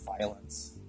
violence